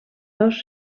dos